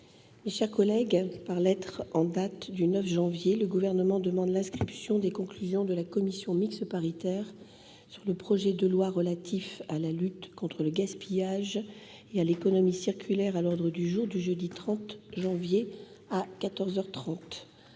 est adopté. Par lettre en date du 9 janvier, le Gouvernement demande l'inscription des conclusions de la commission mixte paritaire sur le projet de loi relatif à la lutte contre le gaspillage et à l'économie circulaire à l'ordre du jour du jeudi 30 janvier, à